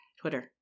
Twitter